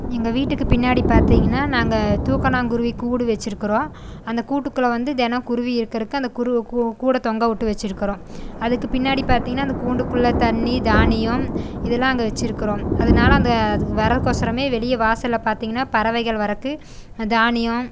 எங்கள் வீட்டுக்கு பின்னாடி பார்த்தீங்கன்னா நாங்கள் தூக்கணாங்குருவி கூடு வெச்சுருக்குறோம் அந்த கூட்டுக்குள்ளே வந்து தினம் குருவி இருக்கிறக்கு அந்த குரு கூ கூடை தொங்க விட்டு வெச்சுருக்குறோம் அதுக்கு பின்னாடி பார்த்தீங்கன்னா அந்த கூண்டுக்குள்ளே தண்ணி தானியம் இதெல்லாம் அங்கே வெச்சுருக்குறோம் அதனால அந்த அதுகள் வரக்கோசரமே வெளியே வாசலில் பார்த்தீங்கன்னா பறவைகள் வரக்கு தானியம்